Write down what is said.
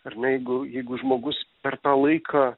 ar ne jeigu jeigu žmogus per tą laiką